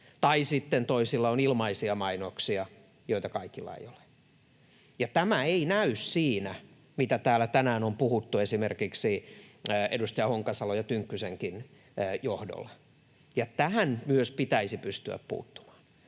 tai sitten toisilla on ilmaisia mainoksia, joita kaikilla ei ole. Tämä ei näy siinä, mitä täällä tänään on puhuttu esimerkiksi edustaja Honkasalon ja Tynkkysenkin johdolla, ja tähän myös pitäisi pystyä puuttumaan.